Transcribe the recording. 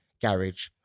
garage